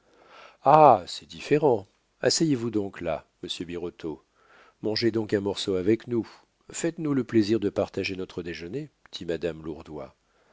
ah c'est différent asseyez-vous donc là monsieur birotteau mangez donc un morceau avec nous faites-nous le plaisir de partager notre déjeuner dit madame lourdois